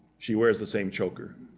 she wears the same choker.